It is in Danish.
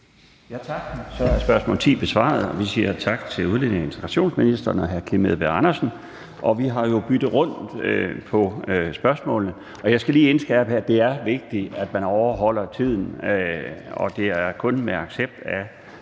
Tak. Så er spørgsmål nr. 10 besvaret. Vi siger tak til udlændinge- og integrationsministeren og hr. Kim Edberg Andersen. Vi har jo byttet rundt på spørgsmålene, og jeg skal lige indskærpe her, at det er vigtigt, at man overholder tiden, og at det kun er med accept fra